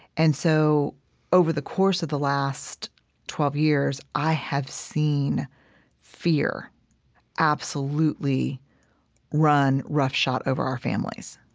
and so over the course of the last twelve years, i have seen fear absolutely run roughshod over our families.